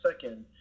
second